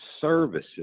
services